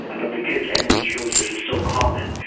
ah but because endometriosis is so common,